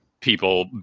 people